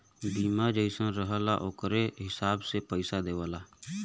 बीमा जइसन रहला ओकरे हिसाब से पइसा देवल जाला